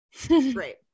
great